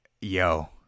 yo